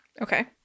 Okay